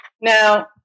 Now